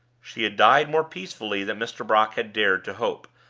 she had died more peacefully than mr. brock had dared to hope,